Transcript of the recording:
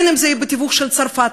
אם זה יהיה בתיווך של צרפת,